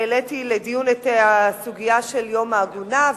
והעליתי לדיון את הסוגיה של יום העגונה,